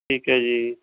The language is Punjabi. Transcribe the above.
ਠੀਕ ਹੈ ਜੀ